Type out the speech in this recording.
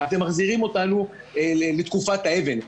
אתם מחזירים אותנו לתקופת האבן.